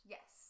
Yes